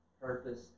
purpose